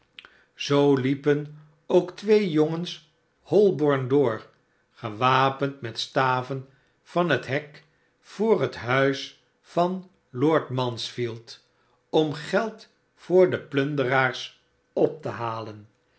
zoo liepen k twee jongens holborn door gewapend met staven van het tiek voor het huis van lord mansfield om geld voor de plunderaars op te halen